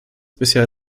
bisher